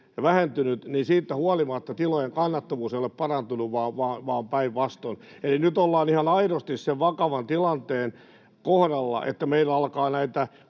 vähentynyt, niin siitä huolimatta tilojen kannattavuus ei ole parantunut, vaan päinvastoin. Eli nyt ollaan ihan aidosti sen vakavan tilanteen kohdalla, että meillä alkavat nämä